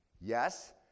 Yes